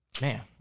Man